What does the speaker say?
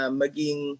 maging